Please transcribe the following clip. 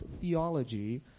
theology